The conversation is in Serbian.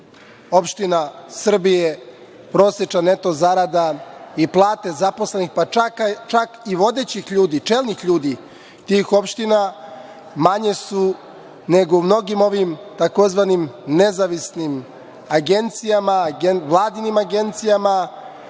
opština Srbije, prosečna neto zarada i plate zaposlenih, pa čak i vodećih ljudi, čelnih ljudi tih opština manja nego u mnogim ovim tzv. nezavisnim agencijama, vladinim agencijama. Postavlja